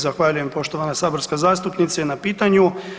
Zahvaljujem poštovana saborska zastupnice na pitanju.